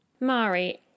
Mari